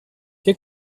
che